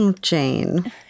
Jane